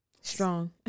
strong